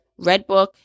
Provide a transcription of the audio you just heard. Redbook